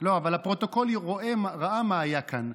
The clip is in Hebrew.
אבל הפרוטוקול ראה מה היה כאן.